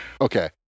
Okay